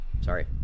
Sorry